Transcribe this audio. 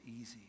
easy